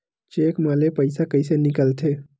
Cheque म ले पईसा कइसे निकलथे?